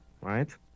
right